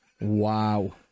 Wow